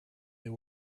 they